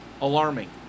alarming